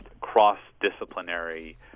cross-disciplinary